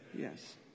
Yes